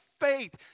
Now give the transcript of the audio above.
faith